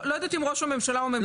אני לא יודעת אם ראש הממשלה או הממשלה.